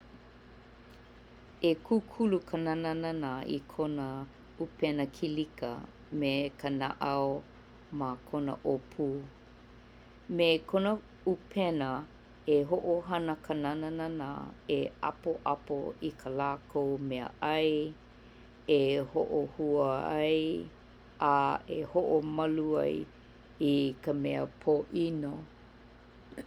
E kukulu ka nananana i kona ʻupena kilika me ka naʻau ma kona ʻōpū. Me kona ʻupena, e hoʻohana ka nananana e ʻapoʻapo i kā lākou mea ʻai e hoʻohua ai, a e hoʻomalu ai i ka mea pōʻino